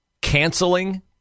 canceling